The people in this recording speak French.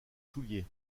souliers